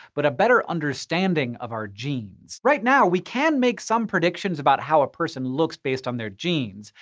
but a better understanding of our genes. right now, we can make some predictions about how a person looks based on their genes,